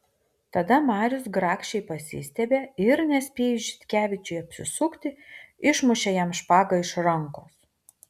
tada marius grakščiai pasistiebė ir nespėjus žitkevičiui apsisukti išmušė jam špagą iš rankos